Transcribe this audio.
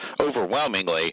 overwhelmingly